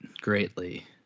greatly